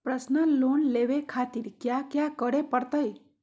Personal loan लेवे खातिर कया क्या करे पड़तइ?